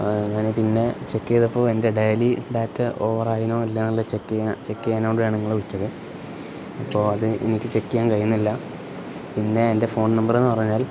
അങ്ങനെ പിന്നെ ചെക്ക് ചെയ്തപ്പോ എൻ്റെ ഡെയിലി ഡാറ്റ ഓവറ ആനോ എല്ലാ നല്ല ചെക്ക് ചെയ്യാൻ ചെക്ക് ചെയ്യാനോണ്ടാണ് നിങ്ങള് വിളിച്ചത് അപ്പോ അത് എനിക്ക് ചെക്ക് ചെയ്യാൻ കഴിയുന്നില്ല പിന്നെ എൻ്റെ ഫോൺ നമ്പറ്ന്ന് പറഞ്ഞാൽ